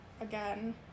again